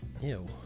Ew